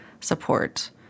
support